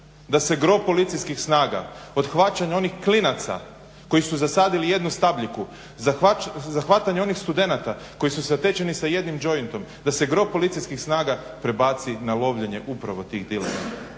da se gro policijskih snaga od hvaćanja onih klinaca koji su zasadili jednu stabljiku, za hvatanje onih studenata koji su zatečeni sa jednim jointom, da se gro policijskih snaga prebaci na lovljenje upravo tih dilera,